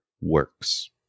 works